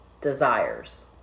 desires